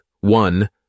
one